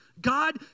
God